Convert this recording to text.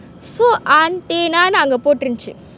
so antenna னு அங்க போட்டிருன்சு:aantena nu anga potirunchu